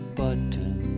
button